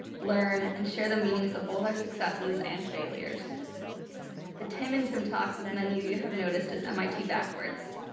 learn, and share the meanings of both our successes and failures the tim in timtalks, as many of you have noticed, is mit backwards.